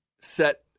set